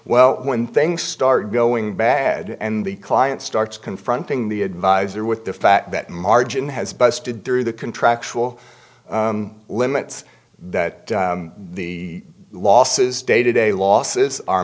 well when things start going bad and the client starts confronting the advisor with the fact that margin has busted through the contractual limits that the losses dated a losses